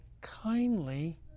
kindly